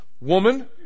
Woman